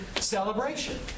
celebration